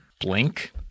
Blink